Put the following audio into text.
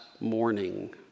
morning